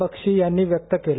बक्षी यांनी व्यक्त केला